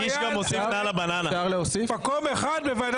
כבודן במקומן מונח,